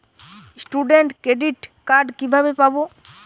Student credit card কিভাবে পাব?